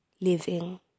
living